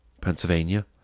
Pennsylvania